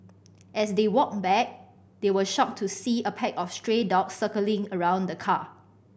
as they walked back they were shocked to see a pack of stray dogs circling around the car